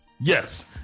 yes